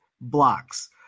blocks